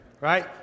right